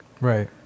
Right